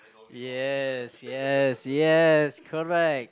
yes yes yes correct